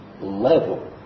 level